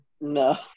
No